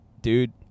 dude